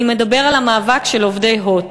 אני מדבר על המאבק של עובדי "הוט",